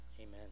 Amen